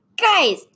Guys